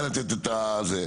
אז אני לא יודע לתת את הפתרון.